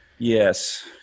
Yes